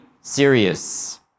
serious